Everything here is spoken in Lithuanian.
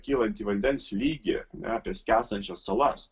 kylantį vandens lygį apie skęstančią salas